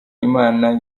imana